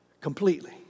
completely